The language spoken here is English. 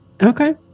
Okay